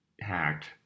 hacked